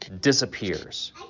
disappears